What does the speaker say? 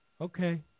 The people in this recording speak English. Okay